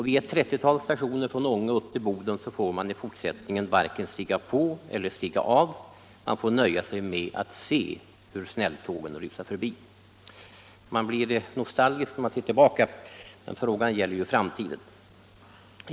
Vid ett 30-tal stationer från Ånge och upp till Boden får man i fortsättningen varken stiga på eller stiga av tågen, man får nöja sig med att se hur snälltågen rusar förbi. Man blir nostalgisk när man ser tillbaka. Men frågan gäller ju nu framtiden.